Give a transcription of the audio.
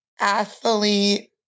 athlete